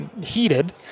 heated